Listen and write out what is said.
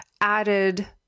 added